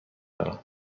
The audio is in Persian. دارم